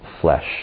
flesh